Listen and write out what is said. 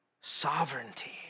sovereignty